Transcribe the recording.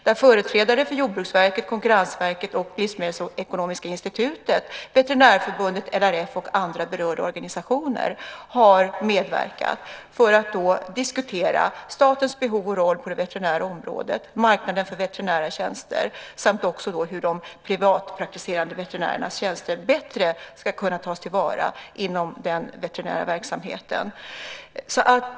Där har företrädare för Jordbruksverket, Konkurrensverket, Livsmedelsekonomiska institutet, Veterinärförbundet, LRF och andra berörda organisationer medverkat för att diskutera statens behov och roll på det veterinära området, marknaden för veterinära tjänster samt hur de privatpraktiserande veterinärernas tjänster bättre ska kunna tas till vara inom den veterinära verksamheten.